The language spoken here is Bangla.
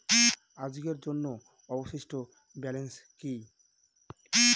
আজকের জন্য অবশিষ্ট ব্যালেন্স কি?